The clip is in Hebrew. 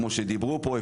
כמו שדיברו פה,